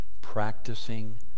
Practicing